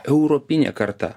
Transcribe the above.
europinė karta